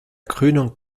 krönung